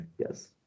yes